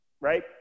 right